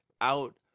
out